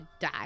die